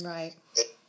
Right